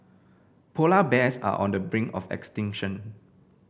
polar bears are on the brink of extinction